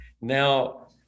Now